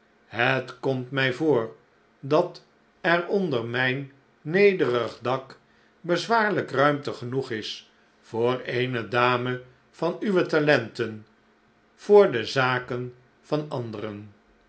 het komt mij voor dat er onder mijn nederig dak bezwaarlijk ruimte genoeg is voor eene dame van uwe talenten voor de zaken van anderen